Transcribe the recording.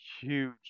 huge